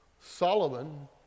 Solomon